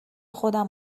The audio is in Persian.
خودم